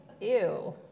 ew